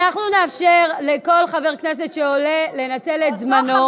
אנחנו נאפשר לכל חבר כנסת שעולה לנצל את זמנו,